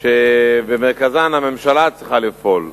שבמרכזן הממשלה צריכה לפעול,